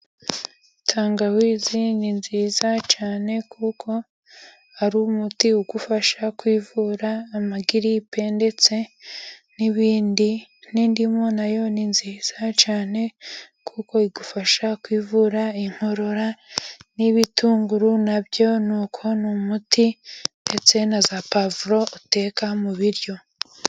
Tangawizi ni nziza cyane, kuko ari umuti ugufasha kwivura amagiripe, ndetse n'ibindi n'indimu nayo ni nziza cyane kuko igufasha kwivura inkorora, n'ibitunguru nabyo nuko ni umuti ndetse na za pavuro uteka mu biryo.